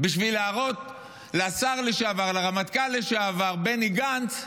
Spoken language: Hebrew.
בשביל להראות לשר לשעבר, לרמטכ"ל לשעבר, בני גנץ,